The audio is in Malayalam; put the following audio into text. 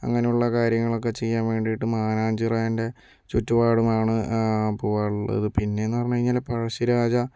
അങ്ങനെയുള്ള കാര്യങ്ങളൊക്കെ ചെയ്യാൻ വേണ്ടീട്ട് മാനാംചിറയിൻ്റെ ചുറ്റുപാടുമാണ് പോകാറുള്ളത് പിന്നെ എന്ന് പറഞ്ഞു കഴിഞ്ഞാൽ പഴശ്ശിരാജ